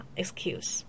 excuse？